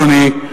אדוני,